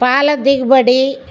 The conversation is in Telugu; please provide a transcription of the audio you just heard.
పాల దిగుబడి